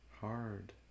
hard